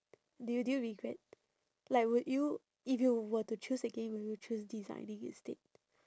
do you do you regret like would you if you were to choose again will you choose designing instead